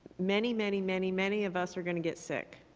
many, many, many many of us are going to get sick,